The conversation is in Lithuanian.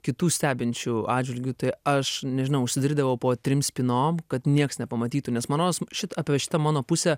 kitų stebinčių atžvilgiu tai aš nežinau užsidarydavau po trim spynom kad nieks nepamatytų nes man rodos šit apie šitą mano pusę